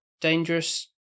dangerous